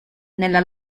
nella